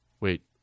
Wait